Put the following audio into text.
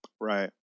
Right